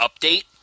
update